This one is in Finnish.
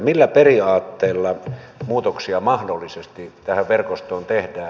millä periaatteella muutoksia mahdollisesti tähän verkostoon tehdään